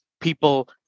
People